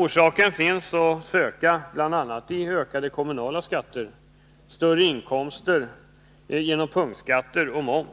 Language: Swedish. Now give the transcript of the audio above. Orsaken är bl.a. ökade kommunala skatter, större inkomster genom punktskatter och moms